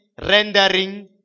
rendering